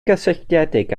gysylltiedig